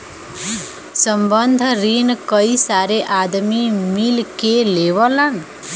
संबंद्ध रिन कई सारे आदमी मिल के लेवलन